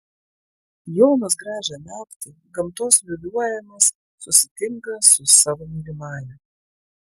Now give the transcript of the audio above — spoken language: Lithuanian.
jonas gražią naktį gamtos liūliuojamas susitinka su savo mylimąja